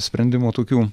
sprendimų tokių